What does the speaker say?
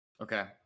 Okay